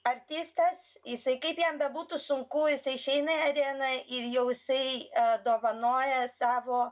artistas jisai kaip jam bebūtų sunku jisai išeina į areną ir jau jisai dovanoja savo